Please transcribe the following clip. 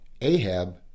Ahab